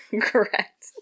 Correct